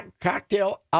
cocktail